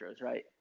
right